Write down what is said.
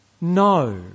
no